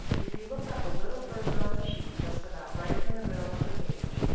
if you look up a little further on the sheet just about right in the middle of the page,